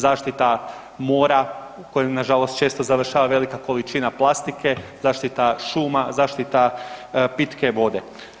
Zaštita mora, u kojem, nažalost često završava velika količina plastike, zaštita šuma, zaštita pitke vode.